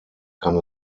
kann